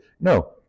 No